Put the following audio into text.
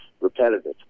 repetitive